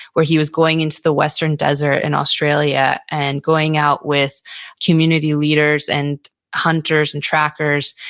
where he was going into the western desert in australia. and going out with community leaders and hunters and trackers.